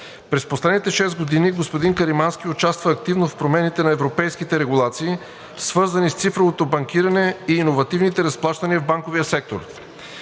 През последните шест години господин Каримански участва активно в промените на европейските регулации, свързани с цифровото банкиране и иновативните разплащания в банковия сектор.